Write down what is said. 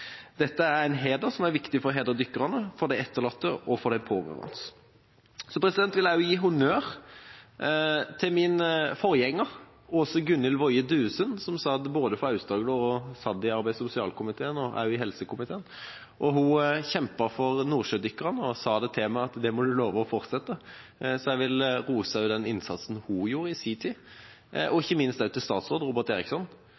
Dette er en heder som er viktig for å hedre dykkerne, for de etterlatte og pårørende. Så vil jeg også gi honnør til min forgjenger på Stortinget, Åse Gunhild Woie Duesund, som både var representant for Aust-Agder og satt i arbeids- og sosialkomiteen og sosialkomiteen. Hun kjempet for nordsjødykkerne, og sa til meg at det måtte jeg love å fortsette med. Så jeg vil rose den innsatsen hun gjorde i sin tid, og